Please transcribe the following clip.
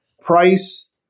price